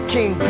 King